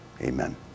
Amen